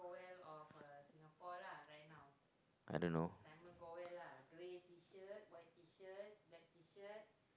I don't know